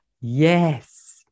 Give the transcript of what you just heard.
Yes